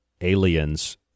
aliens